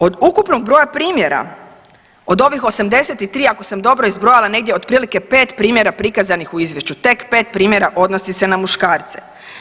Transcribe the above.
Od ukupnog broja primjera od ovih 83 ako sam dobro izbrojala negdje otprilike pet primjera prikazanih u izvješću, tek pet primjera odnosi se na muškarce.